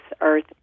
earth